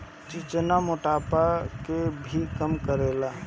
चिचिना मोटापा के भी कम करेला